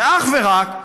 ואך ורק,